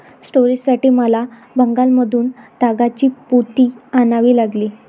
स्टोरेजसाठी मला बंगालमधून तागाची पोती आणावी लागली